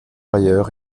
ailleurs